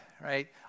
right